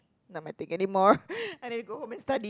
not my thing anymore I need to go home and study